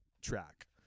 track